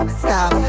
stop